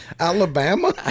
Alabama